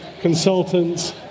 consultants